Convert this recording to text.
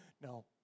No